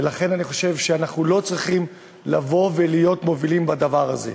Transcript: ולכן אני חושב שאנחנו לא צריכים לבוא ולהיות מובילים בדבר הזה.